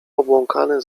obłąkany